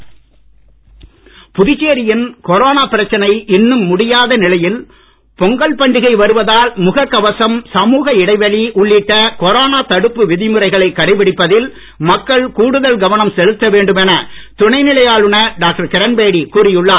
ஜன் அந்தோலன் புதுச்சேரியில் கொரோனா பிரச்சனை இன்னும் முடியாத நிலையில் பொங்கல் பண்டிகையும் வருவதால் முகக் கவசம் சமுக கொரோனா இடைவெளி உள்ளிட்ட தடுப்பு விதிமுறைகளை கடைபிடிப்பதில் மக்கள் கூடுதல் கவனம் செலுத்த வேண்டும் என துணைநிலை ஆளுநர் டாக்டர் கிரண்பேடி கூறியுள்ளார்